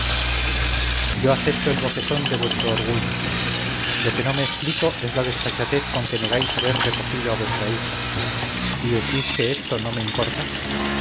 yo acepto el bofetón de vuestro orgullo lo que no me explico es la desfachatez con que negáis haber recogido a vuestra hija y decís que esto no me importa